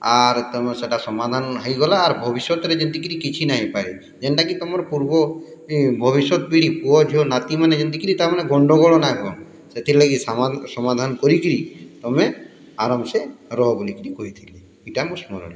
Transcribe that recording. ଆର୍ ତମେ ସେଟା ସମାଧାନ୍ ହେଇଗଲା ଆର୍ ଭବିଷ୍ୟତ୍ରେ ଯେନ୍ତିକିରି କିଛି ନାଇଁ ହେଇପାରେ ଯେନ୍ତାକି ତମର୍ ପୂର୍ବ ଭବିଷ୍ୟତ୍ପିଢ଼ି ପୁଅ ଝିଅ ନାତିମାନେ ଯେନ୍ତିକିରି ତାମାନେ ଗଣ୍ଡଗୋଳ ନାଇଁ ହୁଅନ୍ ସେଥିର୍ଲାଗି ସମାଧାନ୍ କରିକିରି ତମେ ଆରମ୍ସେ ରହ ବଲିକିରି କହିଥିଲେ ଇଟା ମର୍ ସ୍ମରଣୀୟ